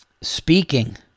speaking